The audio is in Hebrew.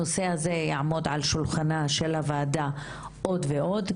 הנושא הזה יעמוד על שולחנה של הוועדה עוד ועוד,